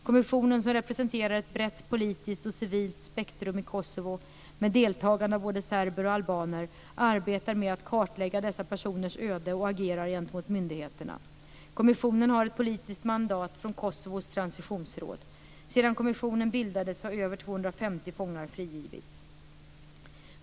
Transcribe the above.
Kommissionen, som representerar ett brett politiskt och civilt spektrum i Kosovo med deltagande av både serber och albaner, arbetar med att kartlägga dessa personers öde och agerar gentemot myndigheterna. Kommissionen har ett politiskt mandat från Kosovos transitionsråd . Sedan kommissionen bildades har över 250 fångar frigivits.